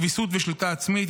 ויסות ושליטה עצמית,